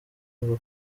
numva